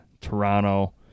Toronto